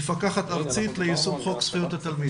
מפקחת ארצית ליישום חוק זכויות התלמיד.